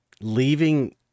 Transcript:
leaving